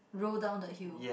roll down the hill